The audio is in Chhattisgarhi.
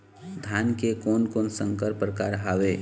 धान के कोन कोन संकर परकार हावे?